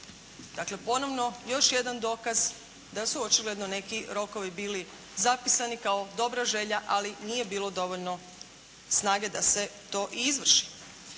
Dakle ponovno još jedan dokaz da su očigledno neki rokovi bili zapisani kao dobra želja ali nije bilo dovoljno snage da se to i izvrši.